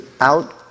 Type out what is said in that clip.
out